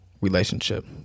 relationship